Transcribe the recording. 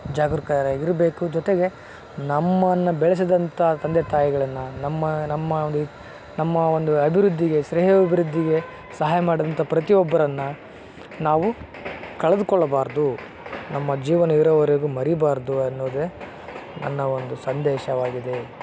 ಜಾಗ್ರೂಕರಾಗಿರ್ಬೇಕು ಜೊತೆಗೆ ನಮ್ಮನ್ನು ಬೆಳೆಸಿದಂಥ ತಂದೆ ತಾಯಿಗಳನ್ನು ನಮ್ಮ ನಮ್ಮ ನಮ್ಮ ಒಂದು ಅಭಿವೃದ್ಧಿಗೆ ಶ್ರೇಯೋಭಿವೃದ್ಧಿಗೆ ಸಹಾಯ ಮಾಡಿದಂಥ ಪ್ರತಿ ಒಬ್ಬರನ್ನು ನಾವು ಕಳೆದುಕೊಳ್ಳಬಾರ್ದು ನಮ್ಮ ಜೀವನ ಇರೋವರೆಗೂ ಮರೀಬಾರ್ದು ಅನ್ನೋದೇ ನನ್ನ ಒಂದು ಸಂದೇಶವಾಗಿದೆ